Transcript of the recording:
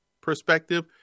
perspective